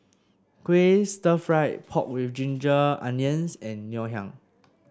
Kuih Stir Fried Pork with Ginger Onions and Ngoh Hiang